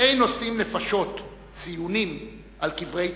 "אין עושין נפשות", ציונים, על קברי צדיקים,